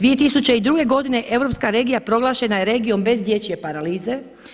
2002. godine europska regija proglašena je regijom bez dječje paralize.